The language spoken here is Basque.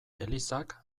elizak